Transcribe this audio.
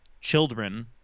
children